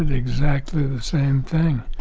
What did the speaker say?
exactly the same thing.